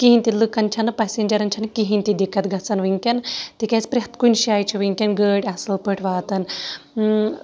کہیٖنۍ تہِ لٕکن چھنہٕ پیسینجرن چھنہٕ کِہینۍ تہِ دِکت گژھان وٕنکیٚن تِکیازِ پرٮ۪تھ کُنہِ جایہِ چھ وٕنکیٚن گٲڑۍ اَصل پٲٹھۍ واتان